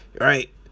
right